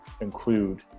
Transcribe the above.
include